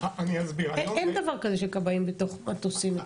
אני מבינה שביום שבת קרס מבנה